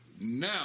Now